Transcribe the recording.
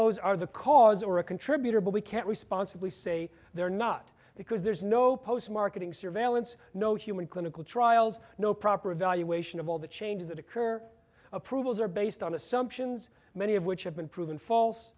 modes are the cause or a contributor but we can't responsibly say they're not because there's no post marketing surveillance no human clinical trials no proper evaluation of all the changes that occur approvals are based on assumptions many of which have been proven false